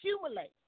accumulate